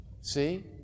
See